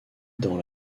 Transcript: dans